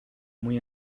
muy